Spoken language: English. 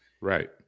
Right